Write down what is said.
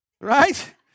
Right